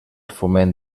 foment